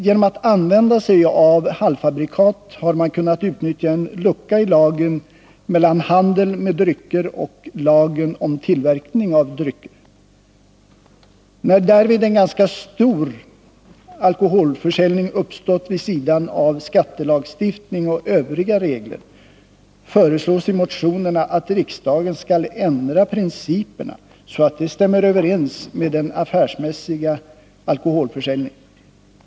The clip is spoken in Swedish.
Genom att använda sig av halvfabrikat har man kunnat utnyttja en lucka mellan lagen med handel med drycker och lagen om tillverkning av drycker. När därvid en ganska stor alkoholförsäljning uppstått vid sidan av skattelagstiftning och övriga regler föreslås i motionerna att riksdagen skall ändra principerna så att de stämmer överens med den affärsmässiga alkoholförsäljningen.